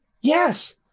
Yes